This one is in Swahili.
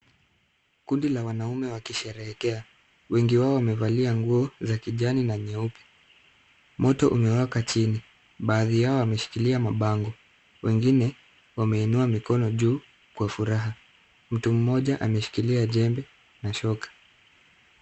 Kundi la wanaume wakisherehekea. Wengi wao wamevalia nguo za kijani na nyeupe. Moto umewaka chini, baadhi yao wameshikilia mabango. Wengine wameinua mikono juu kwa furaha. Mtu mmoja ameshikilia jembe na shoka.